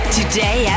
Today